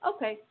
Okay